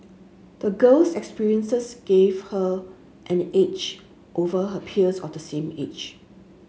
the girl's experiences gave her an edge over her peers of the same age